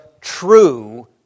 true